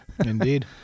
Indeed